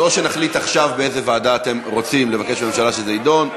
אז או שנחליט עכשיו באיזו ועדה אתם רוצים לבקש מהממשלה שזה יידון,